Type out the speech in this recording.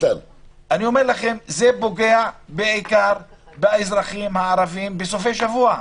אני אומר לכם שזה פוגע בעיקר באזרחים הערבים בסופי שבוע.